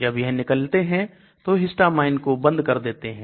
जब यह निकलते हैं तो Histamine को बंद कर देते हैं